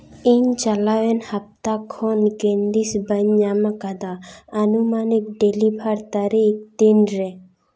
ᱤᱧ ᱪᱟᱞᱟᱣᱮᱱ ᱦᱟᱯᱛᱟ ᱠᱷᱚᱱ ᱠᱮᱱᱰᱤᱥ ᱵᱟᱹᱧ ᱧᱟᱢ ᱟᱠᱟᱫᱟ ᱟᱹᱱᱩᱢᱟᱱᱤᱠ ᱰᱮᱞᱤᱵᱷᱟᱨ ᱛᱟᱹᱨᱤᱠᱷ ᱛᱤᱱᱨᱮ